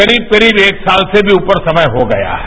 करीब करीब एक साल से भी अधिक समय हो गया है